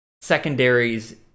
secondaries